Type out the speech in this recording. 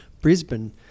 Brisbane